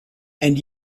and